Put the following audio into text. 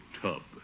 tub